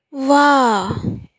ವಾಹ್